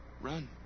run